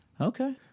Okay